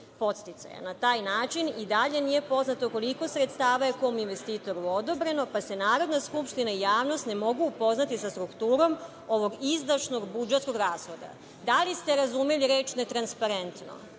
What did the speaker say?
Na taj način i dalje nije poznato koliko sredstava je kom investitoru odobreno, pa se Narodna skupština i javnost ne mogu upoznati sa strukturom ovog izdašnog budžetskog rashoda. Da li ste razumeli reč – netransparentno?